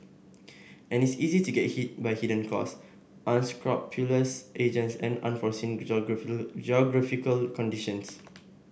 and it's easy to get hit by hidden costs unscrupulous agents and unforeseen geographical conditions